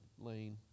Lane